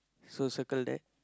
so circle that